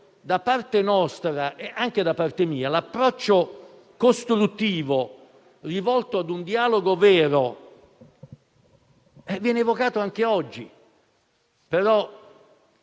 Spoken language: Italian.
da parte nostra e anche da parte mia, l'approccio costruttivo rivolto ad un dialogo vero viene evocato anche oggi.